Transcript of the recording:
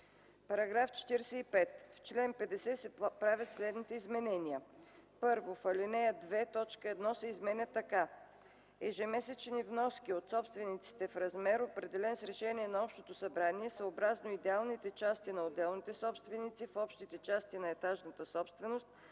§ 45: „§ 45. В чл. 50 се правят следните изменения: 1. В ал. 2 т. 1 се изменя така: „1. ежемесечни вноски от собствениците в размер, определен с решение на общото събрание съобразно идеалните части на отделните собственици в общите части на етажната собственост,